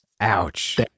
Ouch